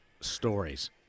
stories